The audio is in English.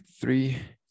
three